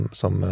som